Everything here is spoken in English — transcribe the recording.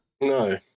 no